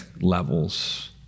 levels